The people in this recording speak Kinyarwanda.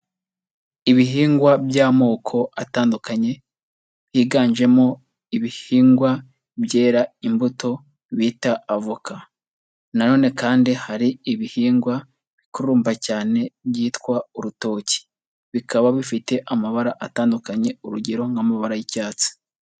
Ibihingwa by'amoko atandukanye, higanjemo ibihingwa byera imbuto bita avoka, nanone kandi hari ibihingwa bikururumba cyane byitwa urutoki, bikaba bifite amabara atandukanye, urugero nk'amabara y'icyatsi.